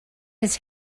his